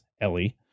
Ellie